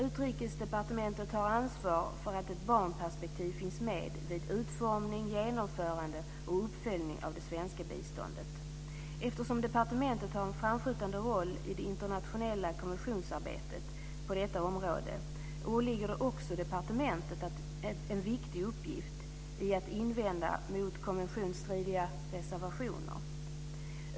Utrikesdepartementet har ansvar för att ett barnperspektiv finns med vid utformning, genomförande och uppföljning av det svenska biståndet. Eftersom departementet har en framskjutande roll i det internationella konventionsarbetet på detta område åligger det också departementet en viktig uppgift i att invända mot konventionsstridiga reservationer.